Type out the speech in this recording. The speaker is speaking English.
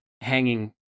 hanging